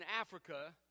Africa